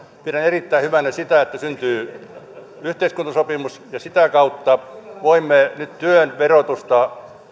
pidän erittäin hyvänä sitä että syntyy yhteiskuntasopimus ja sitä kautta voimme nyt työn verotusta